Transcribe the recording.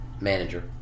manager